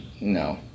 no